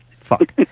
Fuck